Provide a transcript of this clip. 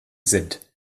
sind